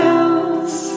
else